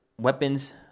weapons